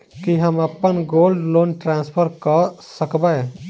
की हम अप्पन gold loan transfer करऽ सकबै?